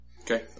Okay